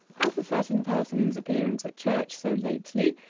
as a certain person's appearance at church so lately,